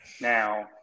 Now